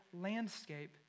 landscape